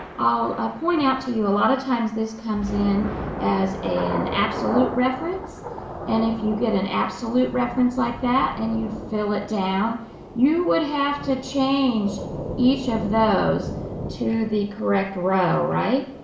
i'll point out to you a lot of times this comes in as an absolute reference and if you get an absolute reference like that and you fill it down you would have to change each of those to the correct row, right?